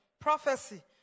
prophecy